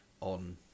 on